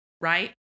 Right